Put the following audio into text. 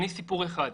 אני סיפור אחד.